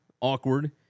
awkward